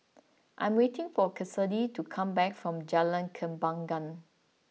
I am waiting for Kassidy to come back from Jalan Kembangan